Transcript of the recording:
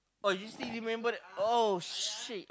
oh you still remember that !oh shit!